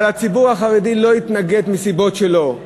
אבל הציבור החרדי לא התנגד מהסיבות שלו.